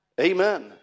Amen